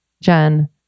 Jen